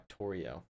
Factorio